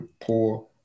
poor